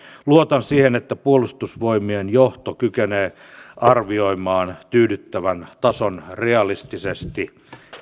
luotan siihen että puolustusvoimien johto kykenee arvioimaan tyydyttävän tason realistisesti